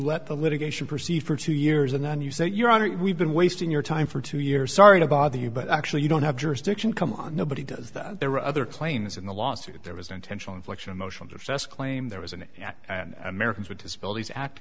let the litigation proceed for two years and then you say your honor we've been wasting your time for two years sorry to bother you but actually you don't have jurisdiction come on nobody does that there were other claims in the lawsuit there was an intentional infliction of emotional distress claim there was an act and americans with disabilities act